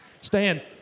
Stand